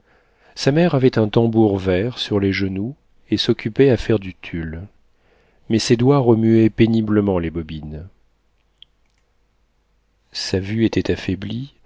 sa mère avait un tambour vert sur les genoux et s'occupait à faire du tulle mais ses doigts remuaient péniblement les bobines sa vue était affaiblie